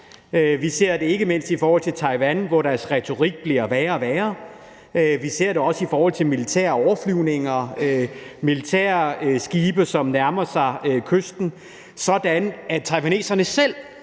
Vi ser det ikke mindst i forhold til Taiwan, hvor deres retorik bliver værre og værre. Vi ser det også i forhold til militære overflyvninger og militærskibe, som nærmer sig kysten, sådan at taiwaneserne selv